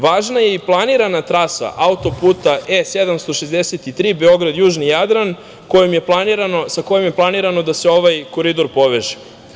Važna je i planirana trasa auto-puta E763, Beograd – južni Jadran, sa kojom je planirano da se ovaj koridor poveže.